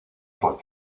por